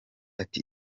ati